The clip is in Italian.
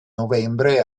novembre